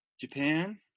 Japan